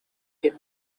him